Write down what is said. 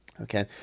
okay